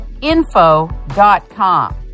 info.com